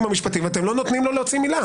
המשפטיים ואתם לא נותנים לו להוציא מילה.